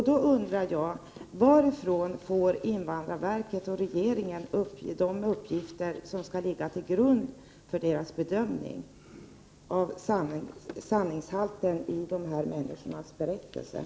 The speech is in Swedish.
Jag undrar: Varifrån får invandrarverket och regeringen de uppgifter som skall ligga till grund för deras bedömning av sanningshalten i dessa människors berättelser?